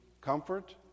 comfort